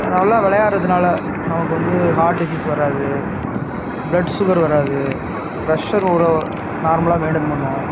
நல்லா விளையாடுறதுனால் நமக்கு வந்து ஹார்ட் டிசீஸ் வராது ப்ளட் சுகர் வராது ப்ரெஷ்ஷர் கூட நார்மலாக மெய்ன்ட்டன் பண்ணும்